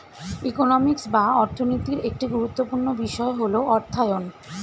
economics বা অর্থনীতির একটি গুরুত্বপূর্ণ বিষয় হল অর্থায়ন